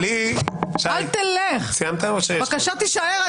אני אלך כדי שבפרוטוקול יהיה כתוב שביקשת שאני אלך.